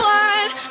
one